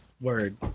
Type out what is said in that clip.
Word